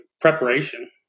preparation